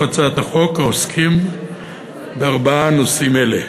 הצעת החוק העוסקים בארבעה נושאים אלה: